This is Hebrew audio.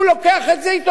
הוא יגדל עם זה.